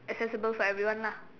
accessible for everyone lah